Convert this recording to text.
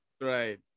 right